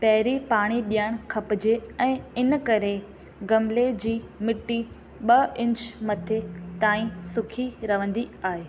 पहिरीं पाणी ॾियणु खपिजे ऐं इन करे गमिले जी मिट्टी ॿ इंच मथे ताईं सुखी रहंदी आहे